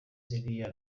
ziriya